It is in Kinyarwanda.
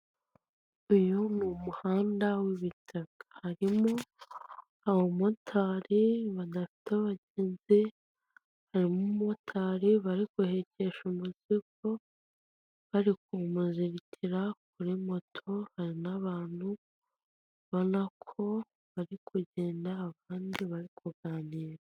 Uyu ni umuhanda w'ibitaka harimo abamotari badafite abagenzi, harimo umumotari bari guhekesha umuzigo kuri moto hari n'abantu ubona ko bari kugenda abandi bari kuganira.